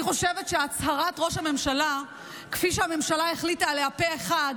אני חושבת שהצהרת ראש הממשלה כפי שהממשלה החליטה עליה פה אחד